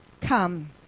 Come